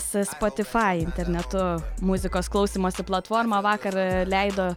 spotifai internetu muzikos klausymosi platforma vakar leido